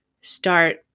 start